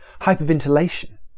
hyperventilation